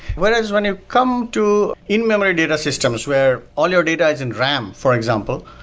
whereas when you come to in-memory data systems, where all your data is in ram, for example,